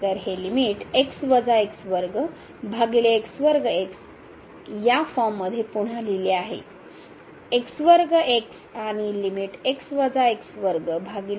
तर हे लिमिट भागिले या फॉर्ममध्ये पुन्हा लिहिले आहे आणि लिमिट भागिले